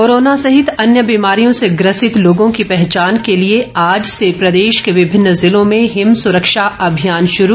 corona सहित अन्य बीमारियों से ग्रसित लोगों की पहचान के लिए आज से प्रदेश के विभिन्न जिलों में हिम सुरक्षा अभियान शुरू